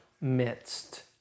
midst